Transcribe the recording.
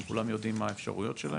הם כולם יודעים מה הן האפשרויות שלהם?